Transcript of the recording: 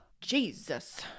Jesus